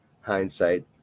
hindsight